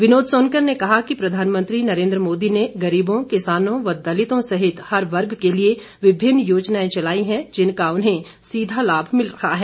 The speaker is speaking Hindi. विनोद सोनकर ने कहा कि प्रधानमंत्री नरेंद्र मोदी ने गरीबों किसानों व दलितों सहित हर वर्ग के लिए विभिन्न योजनाएं चलाई हैं जिनका उन्हें सीधा लाभ मिल रहा है